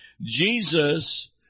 Jesus